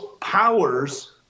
powers